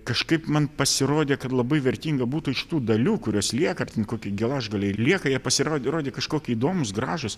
kažkaip man pasirodė kad labai vertinga būtų iš tų dalių kurios lieka kokie gelažgaliai ir lieka jie pasirodė rodė kažkokie įdomūs gražūs